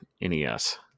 NES